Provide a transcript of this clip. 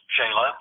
Shayla